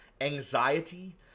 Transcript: anxiety